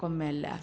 कमे लाएब